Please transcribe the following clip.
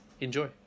Enjoy